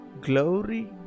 glory